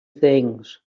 things